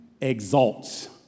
exalts